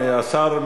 השר,